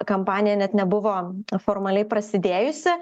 kampanija net nebuvo formaliai prasidėjusi